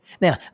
Now